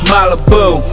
Malibu